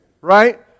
Right